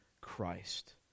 Christ